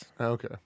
Okay